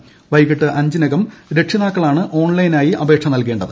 ് വൈകിട്ട് അഞ്ചിനകം രക്ഷിതാക്കളാണ് ഓൺലൈനായി അപേക്ഷ നൽകേണ്ടത്